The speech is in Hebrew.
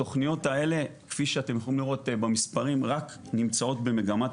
התוכניות האלה כפי שאתם יכולים לראות במספרים רק נמצאות במגמת